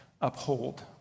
uphold